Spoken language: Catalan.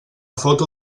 foto